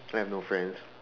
I have no friends